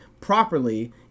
properly